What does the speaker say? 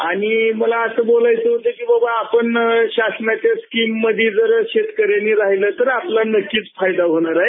आणि मला असं बोलायचं होतं की आपण शासनाच्या स्कीममधे जर शेतकऱ्यांनी राहिलं तर आपला निश्चित फायदा होणार आहे